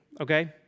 okay